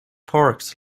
parks